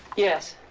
yes.